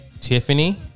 Tiffany